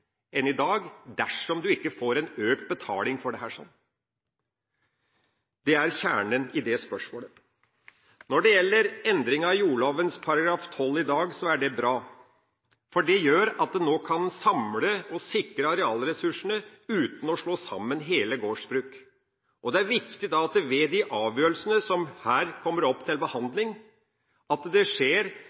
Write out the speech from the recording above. enn i dag, dersom man ikke får økt betaling for dette. Det er kjernen i det spørsmålet. Når det gjelder endringen i jordloven § 12 i dag, er den bra. Den gjør at en nå kan samle og sikre arealressursene uten å slå sammen hele gårdsbruk. Det er viktig at det skjer ved de avgjørelsene som her kommer opp til behandling, slik at man får en tjenlig og variert bruksstruktur – som det